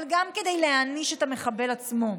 אבל גם כדי להעניש את המחבל עצמו.